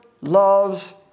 loves